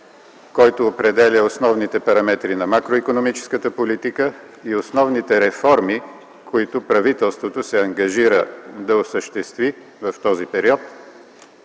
който определя основните параметри на макроикономическата политика и основните реформи, които правителството се ангажира да осъществи в този период